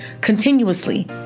continuously